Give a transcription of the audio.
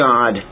God